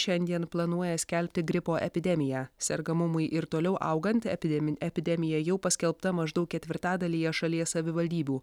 šiandien planuoja skelbti gripo epidemiją sergamumui ir toliau augant epidemi epidemija jau paskelbta maždaug ketvirtadalyje šalies savivaldybių